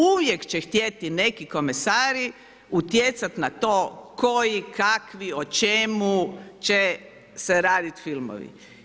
Uvijek će htjeti neki komesari utjecati na to koji, kakvi, o čemu će se raditi filmovi.